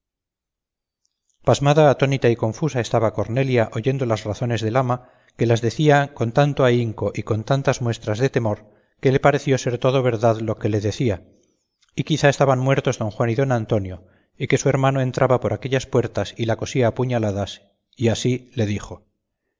pasmada atónita y confusa estaba cornelia oyendo las razones del ama que las decía con tanto ahínco y con tantas muestras de temor que le pareció ser todo verdad lo que le decía y quizá estaban muertos don juan y don antonio y que su hermano entraba por aquellas puertas y la cosía a puñaladas y así le dijo